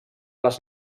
les